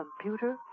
computer